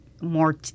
more